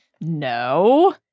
No